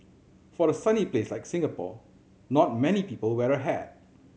for a sunny place like Singapore not many people wear a hat